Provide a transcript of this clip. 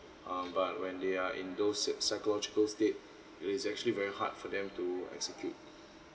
uh but when they are in those sick psychological state it is actually very hard for them to execute